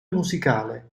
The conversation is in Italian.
musicale